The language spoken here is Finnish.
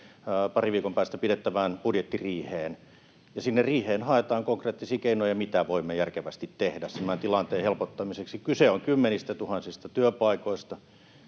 parin viikon päästä pidettävään budjettiriiheen. Sinne riiheen haetaan konkreettisia keinoja, mitä voimme järkevästi tehdä meidän tilanteen helpottamiseksi. Kyse on kymmenistätuhansista työpaikoista,